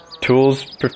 tools